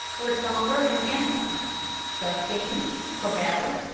were sombre and handsome truss-beams, corbels,